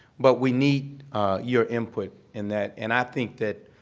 but we need your input in that. and i think that